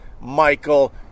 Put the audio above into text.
Michael